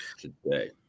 today